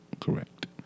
Correct